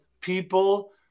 people